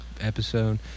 episode